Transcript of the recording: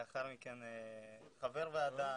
לאחר מכן, הייתי חבר ועדה.